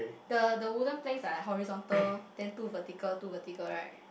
the the wooden planks are horizontal then two vertical two vertical right